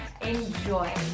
Enjoy